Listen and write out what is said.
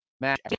match